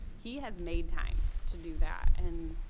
he has made time to do that and